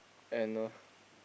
and